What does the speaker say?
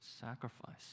sacrifice